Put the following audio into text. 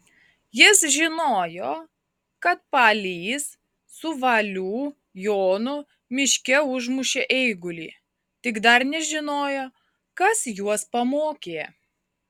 jis žinojo kad palys su valių jonu miške užmušė eigulį tik dar nežinojo kas juos pamokė